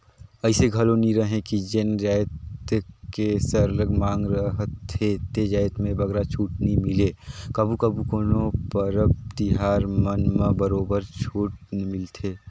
अइसे घलो नी रहें कि जेन जाएत के सरलग मांग रहथे ते जाएत में बगरा छूट नी मिले कभू कभू कोनो परब तिहार मन म बरोबर छूट मिलथे